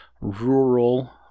rural